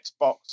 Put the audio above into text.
Xbox